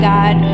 God